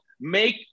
make